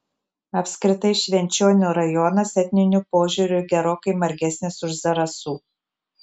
apskritai švenčionių rajonas etniniu požiūriu gerokai margesnis už zarasų